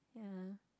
yeah